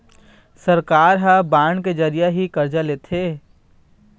सरकार ह बांड के जरिया ही करजा लेथे